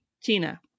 tina